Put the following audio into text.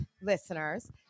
listeners